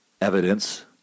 evidence